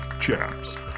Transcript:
chaps